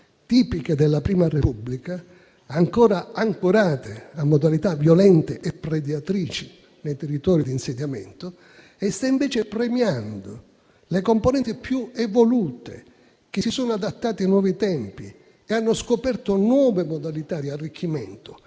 tipiche della prima Repubblica, ancora ancorate a modalità violente e predatrici nei territori di insediamento, e sta invece premiando le componenti più evolute, che si sono adattate ai nuovi tempi e hanno scoperto nuove modalità di arricchimento,